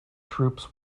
troops